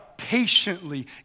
patiently